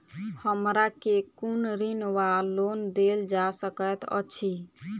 हमरा केँ कुन ऋण वा लोन देल जा सकैत अछि?